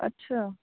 अच्छा